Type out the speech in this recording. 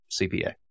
CPA